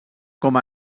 com